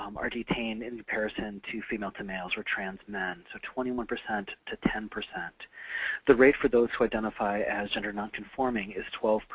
um are detained, in comparison to female-to-males or trans men, so twenty one percent to ten. the rate for those who identify as gender non-conforming is twelve.